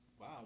Wow